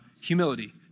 humility